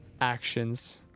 actions